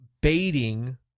baiting